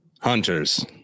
Hunters